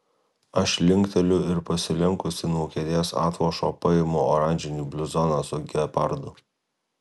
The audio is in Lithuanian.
aš linkteliu ir pasilenkusi nuo kėdės atlošo paimu oranžinį bluzoną su gepardu